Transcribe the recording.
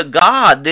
God